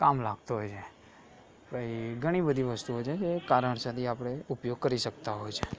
કામ લાગતું હોય છે પછી ઘણી બધી વસ્તુઓ છે જે કારણસરથી આપણે ઉપયોગ કરી શકતા હોય છે